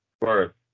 first